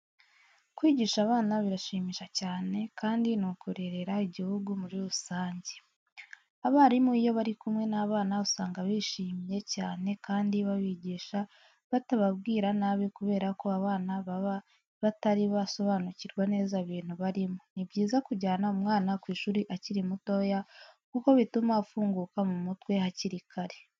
Kwigisha abana birashimisha cyane kandi ni ukurerera igihugu muri rusange. Abarimu iyo bari kumwe n'abana usanga bishimye cyane kandi babigisha batababwira nabi kubera ko abana baba batari basobanukirwa neza ibintu barimo. Ni byiza kujyana umwana ku ishuri akiri mutoya kuko bituma afunguka mu mutwe hakiri kare.